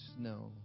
snow